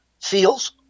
feels